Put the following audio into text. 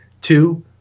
two